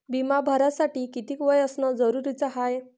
बिमा भरासाठी किती वय असनं जरुरीच हाय?